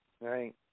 right